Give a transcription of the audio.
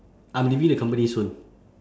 I'm leaving the company soon